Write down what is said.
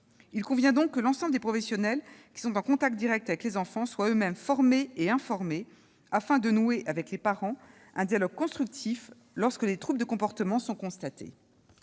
Il convient donc que tous les professionnels qui sont en contact direct avec les enfants soient eux-mêmes formés et informés, afin de nouer avec les parents un dialogue constructif lorsque les troubles de comportement sont constatés.